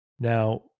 Now